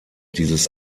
dieses